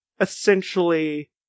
essentially